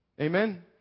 Amen